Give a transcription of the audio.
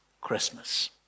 Christmas